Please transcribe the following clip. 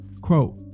quote